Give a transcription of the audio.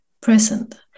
present